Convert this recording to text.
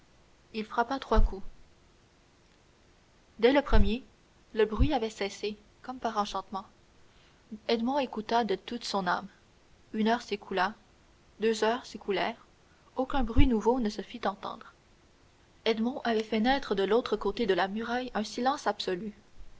il frappa trois coups dès le premier le bruit avait cessé comme par enchantement edmond écouta de toute son âme une heure s'écoula deux heures s'écoulèrent aucun bruit nouveau ne se fit entendre edmond avait fait naître de l'autre côté de la muraille un silence absolu